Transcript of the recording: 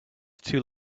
too